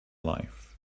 life